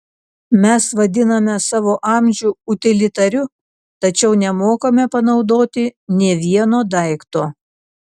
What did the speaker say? mes vadiname savo amžių utilitariu tačiau nemokame panaudoti nė vieno daikto